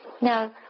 Now